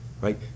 Right